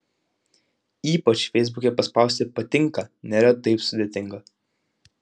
ypač feisbuke paspausti patinka nėra taip sudėtinga